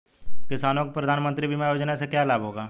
किसानों को प्रधानमंत्री बीमा योजना से क्या लाभ होगा?